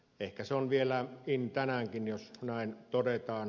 ehkä se on vielä in tänäänkin jos näin todetaan